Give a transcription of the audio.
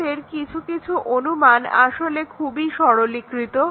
আমাদের কিছু কিছু অনুমান আসলে খুবই সরলীকৃত